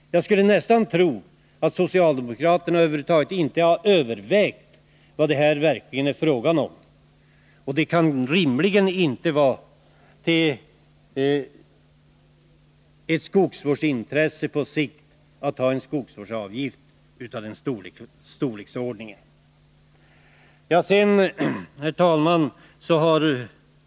Jag skulle nästan tro att socialdemokraterna över huvud taget inte har övervägt vad det verkligen är fråga om. Det kan rimligen inte vara ett skogsvårdsintresse på sikt att ha en skogsvårdsavgift av den storleksordningen. Herr talman!